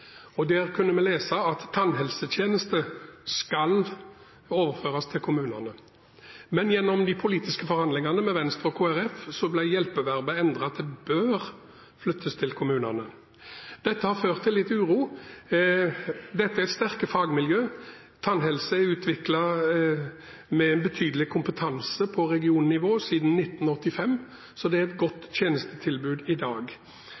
og der kunne vi lese at tannhelsetjenesten «skal» overføres til kommunene. Men gjennom de politiske forhandlingene med Venstre og Kristelig Folkeparti ble hjelpeverbet endret til at den «bør» flyttes til kommunene. Dette har ført til litt uro. Dette er sterke fagmiljø. Tannhelsetjenesten er utviklet med en betydelig kompetanse på regionnivå siden 1985, så det er et godt tjenestetilbud i dag,